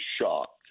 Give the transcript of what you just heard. shocked